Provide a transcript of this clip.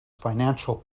financial